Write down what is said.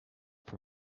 for